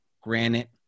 granite